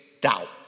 doubt